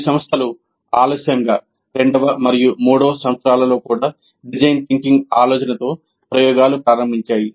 కొన్ని సంస్థలు ఆలస్యంగా రెండవ మరియు మూడవ సంవత్సరాల్లో కూడా డిజైన్ థింకింగ్ ఆలోచనతో ప్రయోగాలు ప్రారంభించాయి